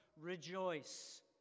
rejoice